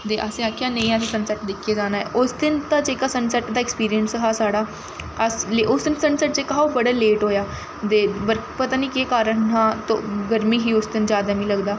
ते असें आखेआ नेईं असें सन सैट्ट दिक्खियै जाना ऐ उस दिन दा जेह्का सन सैट्ट दा अक्सपिरिंस हा साढ़ा अस उस दिन सन सैट्ट जेह्का हा ओह् बड़ा लेट होएआ ते बरखा पता निं केह् कारण हा तो गर्मी ही उस दिन जैदा मी लगदा